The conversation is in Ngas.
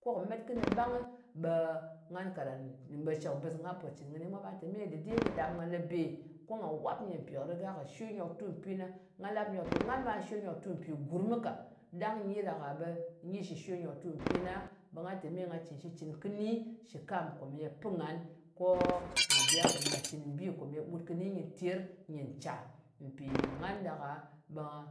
Ko kɨ met kɨnɨ ɓangɨ, ɓe ngan karan, ɓe shɨkbɨs nga pò cɨn kɨni mwa, ɓa te me dɨde nyɨ ɗàp ngan lēbe, ko nga wap nyɨ. Mpì kɨ rɨga kɨ shwe nyòktu mpi na. Nga lap nyòktù ngan ɓa shwe nyòktu mpì gurm mɨ ka. Ɗang nyi jɨ shwe nyòtu mpi na, ɓa nga tè me nga cɨn shitcɨn kɨni shɨ kam komeye pɨn ngan ko nga biya bu, nga cɨn bi komeye ɓut kɨni nyi ter ncya. Mpì ngan ɗak-a